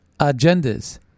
agendas